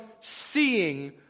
seeing